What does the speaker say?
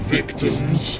victims